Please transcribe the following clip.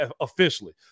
officially